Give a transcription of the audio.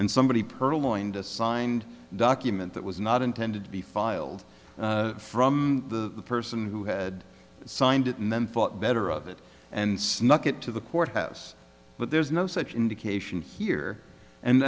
and somebody pirlo and a signed document that was not intended to be filed from the person who had signed it and then thought better of it and snuck it to the court house but there's no such indication here and